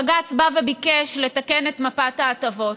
בג"ץ בא וביקש לתקן את מפת ההטבות.